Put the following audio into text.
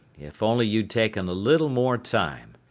if only you'd taken a little more time.